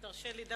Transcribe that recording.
אם תרשה לי,